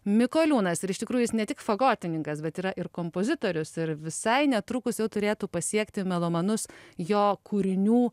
mikoliūnas ir iš tikrųjų ne tik fagotininkas bet yra ir kompozitorius ir visai netrukus jau turėtų pasiekti melomanus jo kūrinių